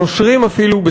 נושרים אפילו,